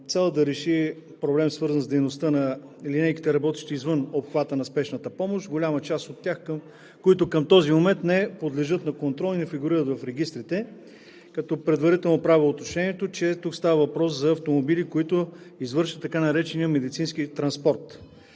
цел да реши проблем, свързан с дейността на линейките, работещи извън обхвата на спешната помощ, голяма част от които към този момент не подлежат на контрол и не фигурират в регистрите. Предварително правя уточнението, че тук става въпрос за автомобили, които извършват така наречения медицински транспорт.